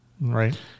right